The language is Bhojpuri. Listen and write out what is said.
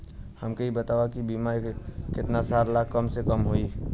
हमके ई बताई कि बीमा केतना साल ला कम से कम होई?